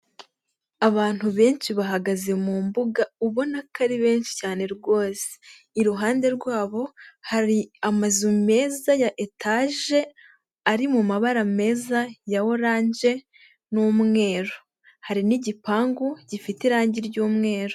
Abantu benshi bahagaze mu mbuga ubona ko ari benshi cyane rwose. Iruhande rwabo hari amazu meza ya etage ari mu mabara meza ya oranje n'umweru, hari n'igipangu gifite irangi ry'umweru.